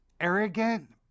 arrogant